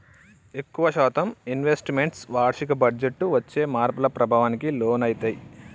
ఎక్కువ శాతం investments వార్షిక బడ్జెట్టు వచ్చే మార్పుల ప్రభావానికి లోనయితయ్యి